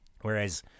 whereas